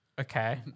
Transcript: Okay